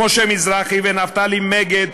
משה מזרחי ונפתלי מגד,